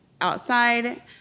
outside